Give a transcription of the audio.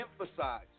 emphasize